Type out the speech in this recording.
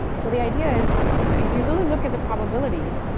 so the idea is you know if you really look at the probabilities,